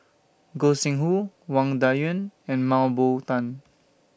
Gog Sing Hooi Wang Dayuan and Mah Bow Tan